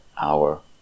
hour